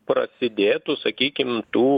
prasidėtų sakykim tų